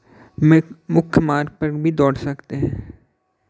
मुख्य मार्ग भी दौड़ सकते हैं